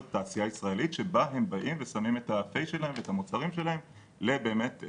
תעשייה ישראלית שבה הם שמים את המוצרים שלהם לתצוגה